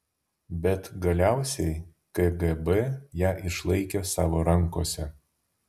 bet galiausiai kgb ją išlaikė savo rankose